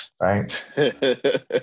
right